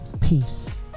peace